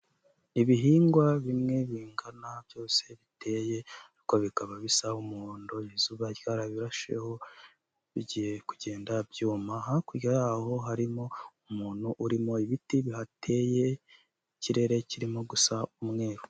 Ibihingwa bimwe bingana byose biteye ariko bikaba bisa umuhondo izuba ryarabirasheho, bigiye kugenda byuma, hakurya yaho harimo umuntu urimo, ibiti bihateye, ikirere kirimo gusa umweru.